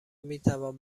میتوان